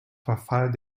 verfall